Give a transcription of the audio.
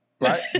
Right